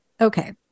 Okay